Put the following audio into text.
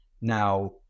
now